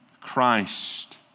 Christ